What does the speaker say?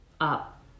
up